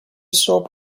soap